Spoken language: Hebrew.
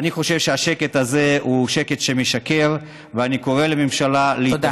אני חושב שהשקט הזה הוא שקט שמשקר ואני קורא לממשלה תודה.